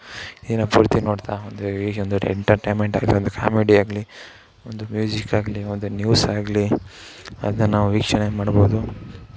ದಿನ ಪೂರ್ತಿ ನೋಡ್ತಾ ಒಂದು ಹೀಗೆ ಒಂದು ಎಂಟರ್ಟೈಮೆಂಟಾಗಲಿ ಒಂದು ಕಾಮಿಡಿಯಾಗಲಿ ಒಂದು ಮ್ಯೂಸಿಕಾಗಲಿ ಒಂದು ನ್ಯೂಸಾಗಲಿ ಅದನ್ನ ನಾವು ವೀಕ್ಷಣೆ ಮಾಡ್ಬೋದು